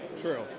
True